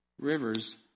rivers